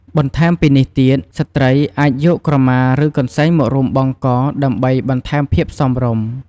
បន្ថែមពីនេះទៀតស្ត្រីអាចយកក្រមា ឬកន្សែងមករុំបង់កដើម្បីបន្ថែមភាពសមរម្យ។